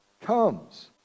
comes